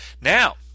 Now